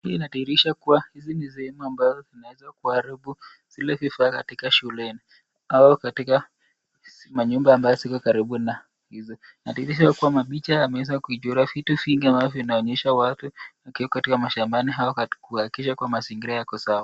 Hii inadhihirisha kuwa hizi ni sehemu ambazo zinaweza kuharibu zile vifaa katika shuleni au katika manyumba ambayo ziko karibu na hizo. Inathibitisha kwamba picha imeweza kuchorwa vitu vingi ambavyo vinaonyesha watu wakiwa katika mashambani au kuhakikisha kwamba mazingira yako sawa.